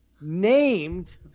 named